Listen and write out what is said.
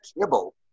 kibble